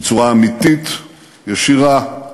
בצורה אמיתית, ישירה,